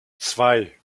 zwei